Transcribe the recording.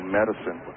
medicine